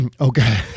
okay